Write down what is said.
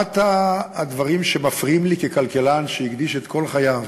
אחד הדברים שמפריעים לי ככלכלן שהקדיש את כל חייו